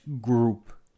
group